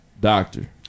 doctor